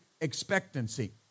expectancy